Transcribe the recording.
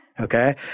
Okay